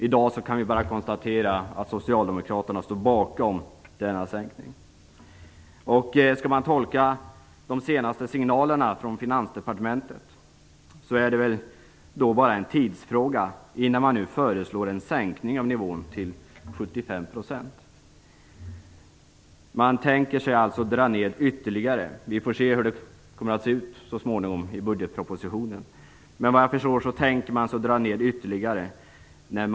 I dag kan vi bara konstatera att Socialdemokraterna står bakom denna sänkning. Skall man tolka de senaste signalerna från Finansdepartementet så är det väl bara en tidsfråga innan man föreslår en sänkning av nivån till 75 %. Man tänker sig alltså ytterligare neddragningar. Vi får se hur det så småningom ser ut i budgetpropositionen. Såvitt jag förstår tänker man sig, som sagt, ytterligare neddragningar.